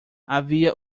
havia